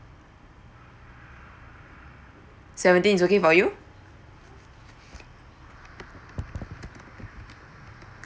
seventeen is okay for you